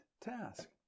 task